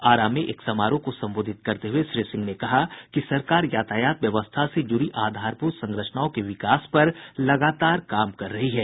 आरा में एक समारोह को संबोधित करते हुये श्री सिंह ने कहा कि सरकार यातायात व्यवस्था से जुड़ी आधारभूत संरचनाओं के विकास पर लगातार काम कर रही है